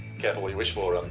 careful what you wish for um